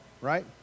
right